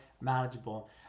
manageable